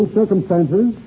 circumstances